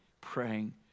praying